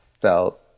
felt